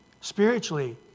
spiritually